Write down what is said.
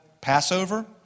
Passover